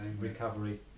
recovery